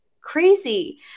crazy